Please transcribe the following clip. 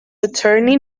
attorney